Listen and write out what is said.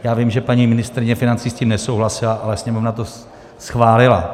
Já vím, že paní ministryně financí s tím nesouhlasila, ale Sněmovna to schválila.